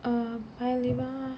err paya lebar